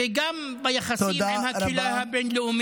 וגם ביחסים עם הקהילה הבין-לאומית.